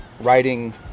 writing